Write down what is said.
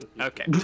Okay